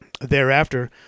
Thereafter